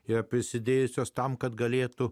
ją prisidėjusios tam kad galėtų